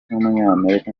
w’umunyamerika